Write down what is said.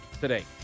today